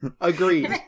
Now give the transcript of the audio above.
Agreed